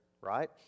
right